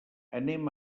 anem